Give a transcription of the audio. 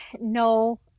No